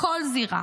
בכל זירה.